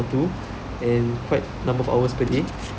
or two and quite a number of hours per day